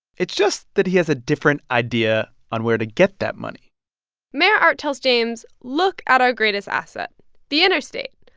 it's just that he has a different idea on where to get that money mayor art tells james, look at our greatest asset the interstate.